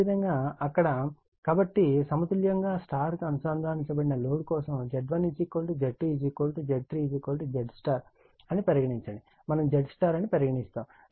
అదేవిధంగా ఇక్కడ కాబట్టి సమతుల్యం గా Y అనుసంధానించబడిన లోడ్ కోసం Z1 Z2 Z3 ZY అని పరిగణించండి మనము ZY అని పరిగణిస్తాము